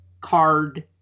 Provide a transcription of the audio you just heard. card